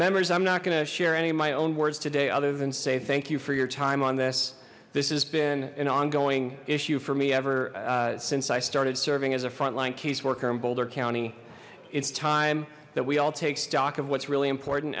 members i'm not going to share any of my own words today other than say thank you for your time on this this has been an ongoing issue for me ever since i started serving as a frontline caseworker in boulder county it's time that we all take stock of what's really important